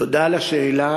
תודה על השאלה.